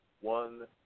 one